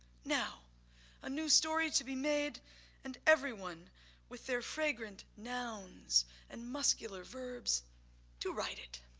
now a new story to be made and everyone with their fragrant nouns and muscular verbs to write it.